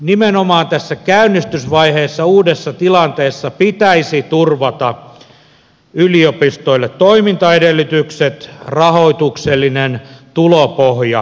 nimenomaan tässä käynnistysvaiheessa uudessa tilanteessa pitäisi turvata yliopistoille toimintaedellytykset pitää rahoituksellinen tulopohja vakaana